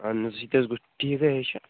اَہَن حظ یِتہٕ حَظ گوٚو ٹھیٖک حظ چھُ